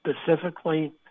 specifically